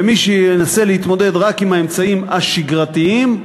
ואם ננסה להתמודד רק באמצעים השגרתיים,